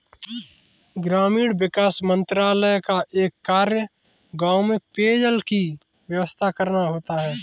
ग्रामीण विकास मंत्रालय का एक कार्य गांव में पेयजल की व्यवस्था करना होता है